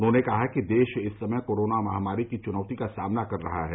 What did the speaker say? उन्होंने कहा कि देश इस समय कोरोना महामारी की चुनौती का सामना कर रहा है